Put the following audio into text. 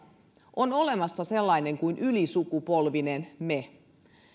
on olemassa sellainen kuin ylisukupolvinen me